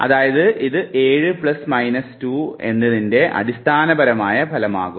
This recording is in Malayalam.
അതായത് ഇത് 7 പ്ലസ് മൈനസ് 2 എന്നതിൻറെ അടിസ്ഥാനപരമായ ഫലവുമാകുന്നു